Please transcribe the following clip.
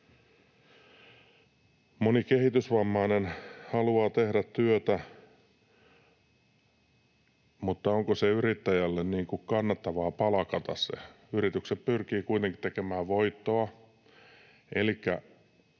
Moni kehitysvammainen haluaa tehdä työtä, mutta onko yrittäjälle kannattavaa palkata heitä? Yritykset pyrkivät kuitenkin tekemään voittoa.